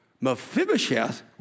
Mephibosheth